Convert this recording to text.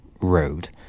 road